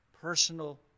personal